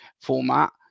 format